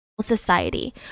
society